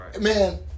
Man